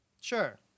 Sure